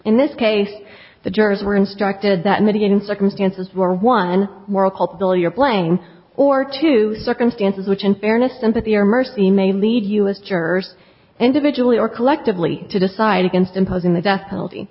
in this case the jurors were instructed that mitigating circumstances where one moral culpability or blame or two circumstances which in fairness empathy or mercy may lead us jurors individually or collectively to decide against imposing the death penalty